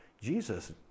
Jesus